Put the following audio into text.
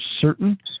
certain